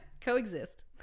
coexist